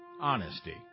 honesty